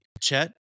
Chet